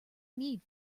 need